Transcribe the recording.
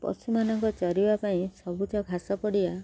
ପଶୁମାନଙ୍କ ଚରିବା ପାଇଁ ସବୁଜ ଘାସ ପଡ଼ିଆ